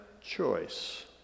choice